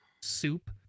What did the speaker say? soup